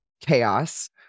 chaos